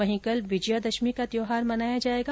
वहीं कल विजयादशमी का त्योहार मनाया जाएगा